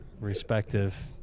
respective